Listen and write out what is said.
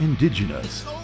indigenous